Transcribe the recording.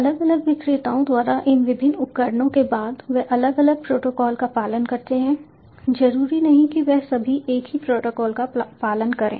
अलग अलग विक्रेताओं द्वारा इन विभिन्न उपकरणों के बाद वे अलग अलग प्रोटोकॉल का पालन करते हैं जरूरी नहीं कि वे सभी एक ही प्रोटोकॉल का पालन करें